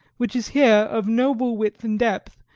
which is here of noble width and depth,